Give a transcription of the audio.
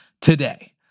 today